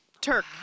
Turk